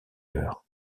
leurs